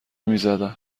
میزدن